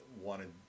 wanted